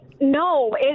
no